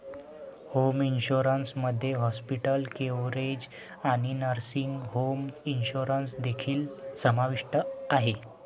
home insurance मध्ये hospital coverage आणि nursing home insurance देखील समाविष्ट आहे